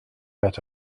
met